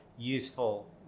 useful